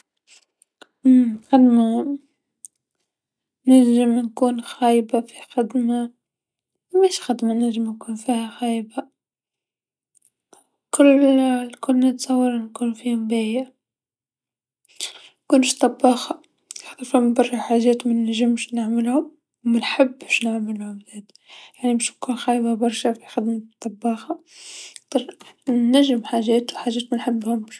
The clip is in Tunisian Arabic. الخدمه نجم نكون خايبا في خدمه مش خدما نجم نكون فيها خايبا الكل، الكل نتصور نكون فيهم باهيا، منكونش طباخا خاطر فما برا حاجات منجمش نخدمهم و منحبش نعملهم زادا، يعني مش نكون خايبا برشا في خدمة الطباخه، نجم حاجات و حاجات منحبهمش.